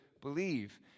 believe